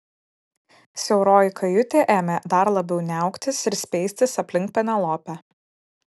siauroji kajutė ėmė dar labiau niauktis ir speistis aplink penelopę